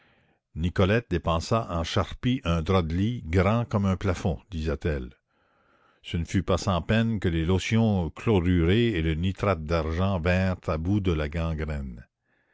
nicolette dépensa en charpie un drap de lit grand comme un plafond disait-elle ce ne fut pas sans peine que les lotions chlorurées et le nitrate d'argent vinrent à bout de la gangrène